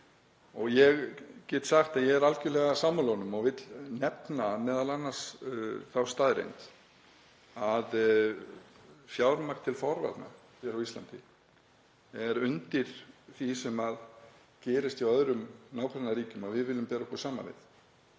og ég get sagt að ég er algerlega sammála honum og vil nefna m.a. þá staðreynd að fjármagn til forvarna hér á Íslandi er undir því sem gerist hjá nágrannaríkjum sem við viljum bera okkur saman við.